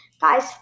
Guys